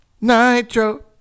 nitro